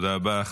תודה רבה.